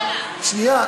שנייה,